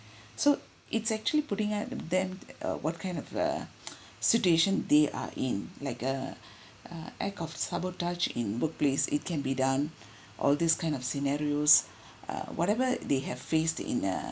so it's actually putting up them uh what kind of the situation they are in like a a act of sabotage in workplace it can be done all this kind of scenarios uh whatever they have faced in a